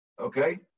Okay